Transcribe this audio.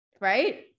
Right